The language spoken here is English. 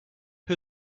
who